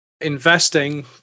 investing